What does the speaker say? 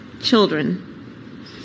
children